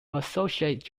associate